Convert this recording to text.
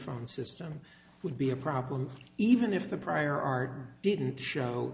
phone system would be a problem even if the prior art didn't show